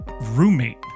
roommate